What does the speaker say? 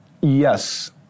Yes